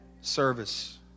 Service